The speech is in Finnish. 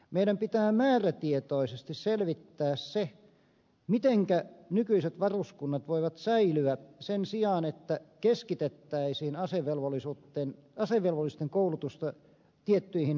meidän pitää määrätietoisesti selvittää se mitenkä nykyiset varuskunnat voivat säilyä sen sijaan että keskitettäisiin asevelvollisten koulutusta tiettyihin suuriin paikkakuntiin